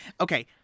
Okay